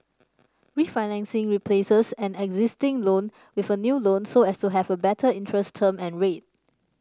refinancing replaces an existing loan with a new loan so as to have a better interest term and rate